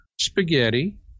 spaghetti